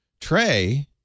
Trey